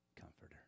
comforter